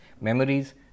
memories